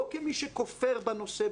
לא כמי שכופר בנושא,